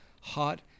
hot